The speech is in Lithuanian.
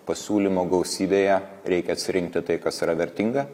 pasiūlymų gausybėje reikia atsirinkti tai kas yra vertinga